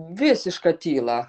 visiška tyla